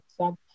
exact